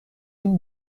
این